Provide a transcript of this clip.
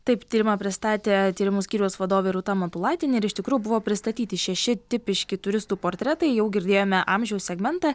taip tyrimą pristatė tyrimų skyriaus vadovė rūta matulaitienė ir iš tikrųjų buvo pristatyti šeši tipiški turistų portretai jau girdėjome amžiaus segmentą